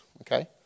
okay